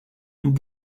nous